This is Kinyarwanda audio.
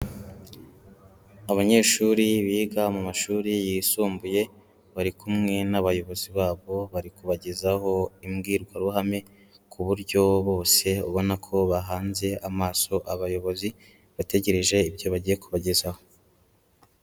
Abanyeshuri biga mu mashuri yisumbuye, bari kumwe n'abayobozi babo bari kubagezaho imbwirwaruhame ku buryo bose ubona ko bahanze amaso abayobozi, bategereje ibyo bagiye kubagezaho.